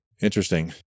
Interesting